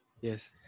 yes